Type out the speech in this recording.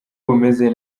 bumeze